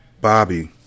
Bobby